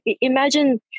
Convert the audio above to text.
imagine